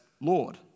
Lord